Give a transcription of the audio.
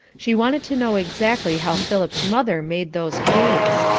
she wanted to know exactly how philip's mother made those cakes.